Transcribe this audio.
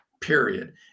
period